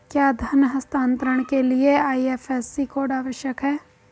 क्या धन हस्तांतरण के लिए आई.एफ.एस.सी कोड आवश्यक है?